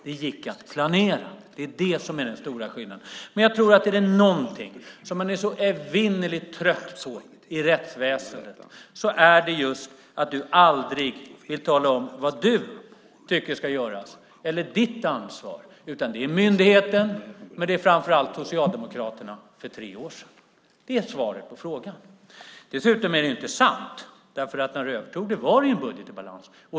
Det gick att planera. Det är den stora skillnaden. Om det är något som man är så evinnerligt trött på i rättsväsendet är det att du aldrig vill tala om vad du tycker ska göras eller vad som är ditt ansvar. Det är myndigheten och framför allt Socialdemokraterna för tre år sedan. Det är svaret på frågan. Det här är inte sant. När du tog över fanns en budget i balans.